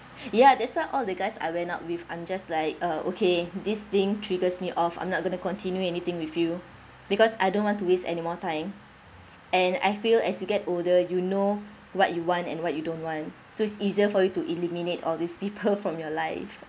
ya that's why all the guys I went out with I'm just like uh okay this thing triggers me off I'm not going to continue anything with you because I don't want to waste any more time and I feel as you get older you know what you want and what you don't want so it's easier for you to eliminate all these people from your life